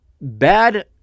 bad